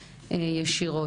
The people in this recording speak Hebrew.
ישירות.